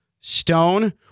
Stone